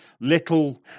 little